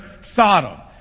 Sodom